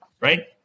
right